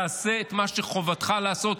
תעשה את מה שחובתך לעשות,